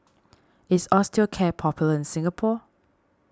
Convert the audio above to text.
is Osteocare popular in Singapore